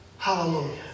Hallelujah